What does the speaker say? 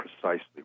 precisely